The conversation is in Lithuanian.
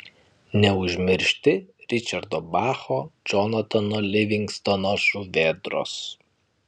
neužmiršti ričardo bacho džonatano livingstono žuvėdros